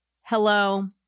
Hello